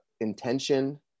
intention